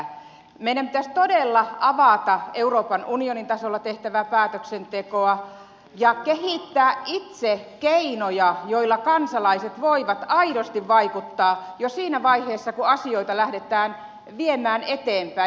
meidän pitäisi todella avata euroopan unionin tasolla tehtävää päätöksentekoa ja kehittää itse keinoja joilla kansalaiset voivat aidosti vaikuttaa jo siinä vaiheessa kun asioita lähdetään viemään eteenpäin